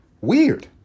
weird